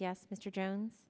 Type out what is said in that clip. yes mr jones